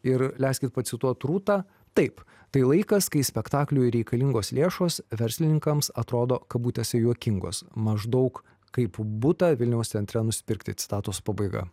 ir leiskit pacituot rūtą taip tai laikas kai spektakliui reikalingos lėšos verslininkams atrodo kabutėse juokingos maždaug kaip butą vilniaus centre nusipirkti citatos pabaiga